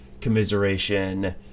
commiseration